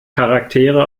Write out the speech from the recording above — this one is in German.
charaktere